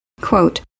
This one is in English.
Quote